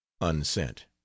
unsent